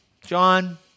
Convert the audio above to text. John